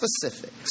specifics